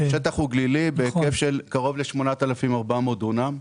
השטח הוא גלילי בהיקף של קרוב ל-8,400 דונם.